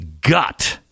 gut